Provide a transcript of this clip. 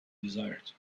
desired